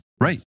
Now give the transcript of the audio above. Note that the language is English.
Right